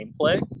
gameplay